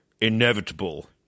inevitable